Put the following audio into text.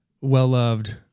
well-loved